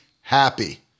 happy